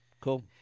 cool